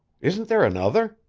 isn't there another?